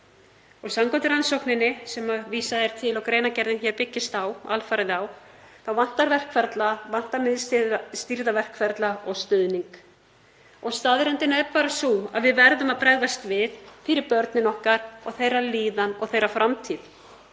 Samkvæmt rannsókninni sem vísað er til hér og greinargerðin byggist á alfarið þá vantar verkferla, vantar miðstýrða verkferla og stuðning. Staðreyndin er bara sú að við verðum að bregðast við fyrir börnin okkar og þeirra líðan og þeirra framtíð.